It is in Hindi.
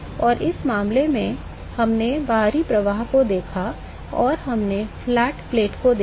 और इस मामले में हमने बाहरी प्रवाह को देखा और हमने फ्लैट प्लेट को देखा